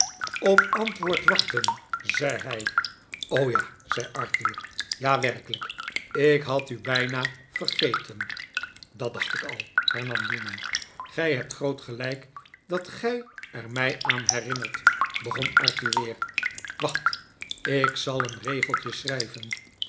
op antwoord wachten zei hij ja zei arthur ja werkelijk ik had u bijna vergeten dat dacht ik al hernam newman gij hebt groot gelijk dat gij er mij aan herinnert begon arthur weer wacht ik zal een regeltje schrijven